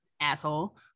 asshole